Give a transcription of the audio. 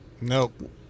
Nope